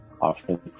often